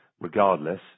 regardless